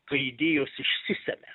kai idėjos išsisemia